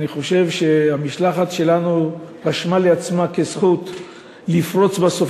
אני חושב שהמשלחת שלנו רשמה לעצמה כזכות לפרוץ בסוף